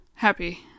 happy